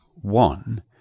One